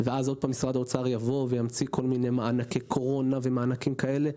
ואז משרד האוצר יבוא וימציא כל מיני מענקי קורונה ודברים כאלה,